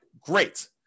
great